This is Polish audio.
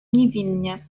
niewinnie